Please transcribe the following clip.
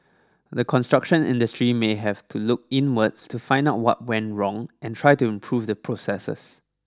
the construction industry may have to look inwards to find out what went wrong and try to improve the processes